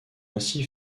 ainsi